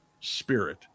spirit